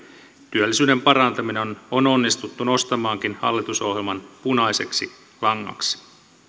työllisyyden parantaminen on on onnistuttu nostamaankin hallitusohjelman punaiseksi langaksi